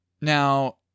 Now